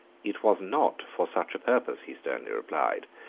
it was not for such a purpose, he sternly replied,